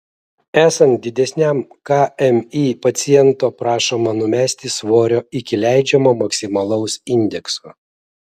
esant didesniam kmi paciento prašoma numesti svorio iki leidžiamo maksimalaus indekso